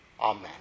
Amen